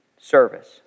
service